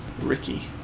Ricky